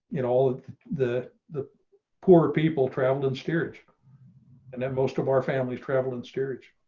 and all the the poor people traveled and spiritual and then most of our families traveling stairs.